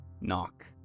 knock